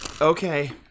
Okay